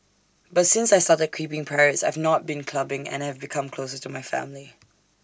but since I started keeping parrots I've not been clubbing and have become closer to my family